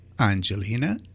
Angelina